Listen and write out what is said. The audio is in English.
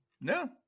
No